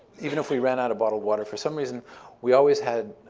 even if we ran out of bottled water, for some reason we always had